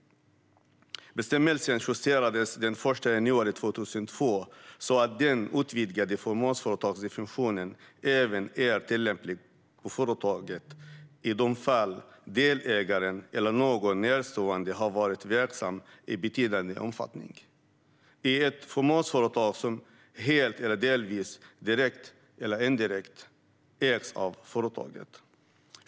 Bestämmelsen justerades den 1 januari 2002 så att den utvidgade fåmansföretagsdefinitionen även är tillämplig på företaget i de fall delägaren eller någon närstående har varit verksam i betydande omfattning i ett fåmansföretag som helt eller delvis, direkt eller indirekt, ägs av företaget.